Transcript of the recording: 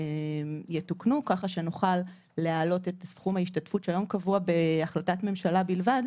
יתוקנו כך שנוכל להעלות את סכום ההשתתפות שהיום קבוע בהחלטת ממשלה בלבד,